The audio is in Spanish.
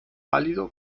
pálido